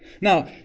Now